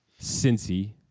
Cincy